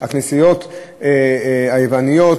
הכנסיות היווניות,